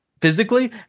physically